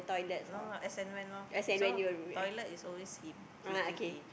no lah as and when lor so toilet is always he his duty